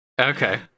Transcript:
okay